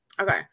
okay